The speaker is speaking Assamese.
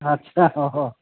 আচ্ছা